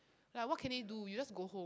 like what can they do you just go home